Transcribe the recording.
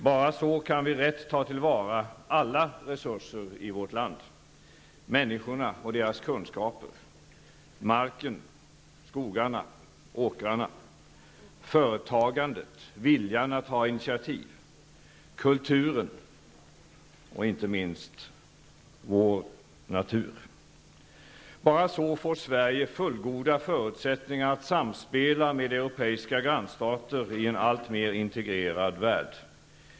Bara så kan vi rätt ta till vara alla resurser i vårt land; människorna och deras kunskaper, marken, skogarna, åkrarna, företagandet, viljan att ta initiativ, kulturen och inte minst vår natur. Bara så får Sverige fullgoda förutsättningar att samspela med europeiska grannstater i en allt mer integrerad värld.